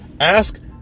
ask